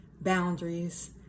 boundaries